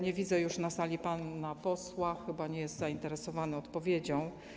Nie widzę już na sali pana posła, chyba nie jest zainteresowany odpowiedzią.